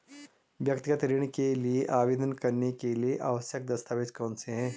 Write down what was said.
व्यक्तिगत ऋण के लिए आवेदन करने के लिए आवश्यक दस्तावेज़ कौनसे हैं?